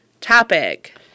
topic